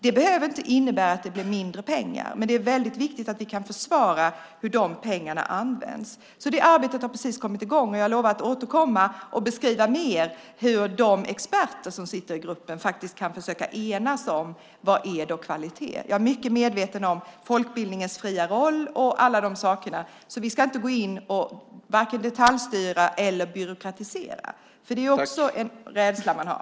Det behöver inte innebära att det blir mindre pengar, men det är väldigt viktigt att vi kan försvara hur pengarna används. Det arbetet har precis kommit i gång, och jag lovar att återkomma och beskriva mer hur de experter som sitter i gruppen kan försöka enas om vad kvalitet är. Jag är mycket medveten om folkbildningens fria roll och alla de sakerna. Vi ska inte gå in och vare sig detaljstyra eller byråkratisera. Det är också en rädsla man har.